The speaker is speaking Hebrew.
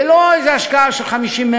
זו לא איזו השקעה של 50,